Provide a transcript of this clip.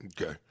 Okay